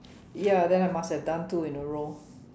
ya then I must have done two in a row